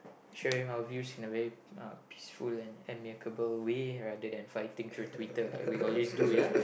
sharing our views in a very uh peaceful and amicable way rather than fighting through Twitter like we always do ya